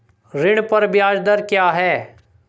ऋण पर ब्याज दर क्या है?